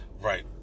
Right